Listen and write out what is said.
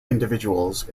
individuals